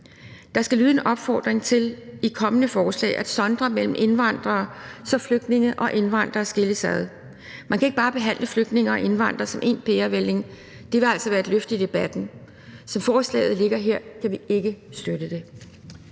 Der skal lyde en opfordring til i kommende forslag at sondre mellem indvandrere, så flygtninge og indvandrere skilles ad. Man kan ikke bare behandle flygtninge og indvandrere som én pærevælling. Det vil altså være et løft i debatten. Som forslaget ligger her, kan vi ikke støtte det.